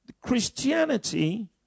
Christianity